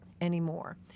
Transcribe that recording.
anymore